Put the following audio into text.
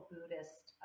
Buddhist